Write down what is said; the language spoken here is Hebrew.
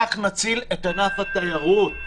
כך נציל את ענף התיירות.